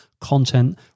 content